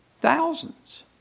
thousands